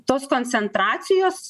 tos koncentracijos